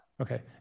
Okay